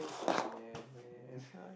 ya man